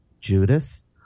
Judas